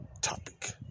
topic